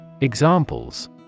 Examples